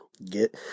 Get